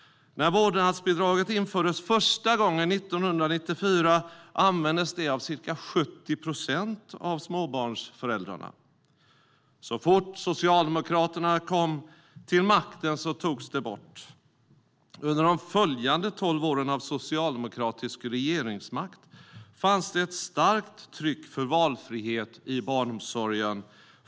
När vårdnadsbidraget infördes första gången 1994 användes det av ca 70 procent av småbarnsföräldrarna. Så fort Socialdemokraterna kom till makten togs det bort. Under de följande tolv åren av socialdemokratisk regeringsmakt fanns det ett starkt tryck för valfrihet i barnomsorgen.